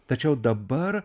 tačiau dabar